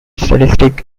statistic